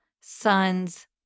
son's